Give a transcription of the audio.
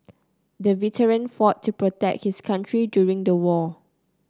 the veteran fought to protect his country during the war